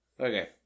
Okay